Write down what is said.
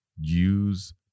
Use